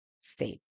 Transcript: state